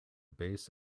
base